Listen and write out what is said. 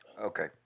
Okay